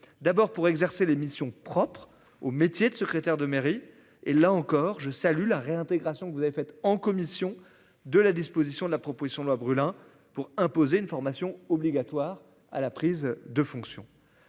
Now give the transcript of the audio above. d'abord pour exercer les missions propres au métier de secrétaire de mairie et là encore je salue la réintégration que vous avez fait en commission de la disposition de la proposition de loi brûle hein pour imposer une formation obligatoire à la prise de fonction.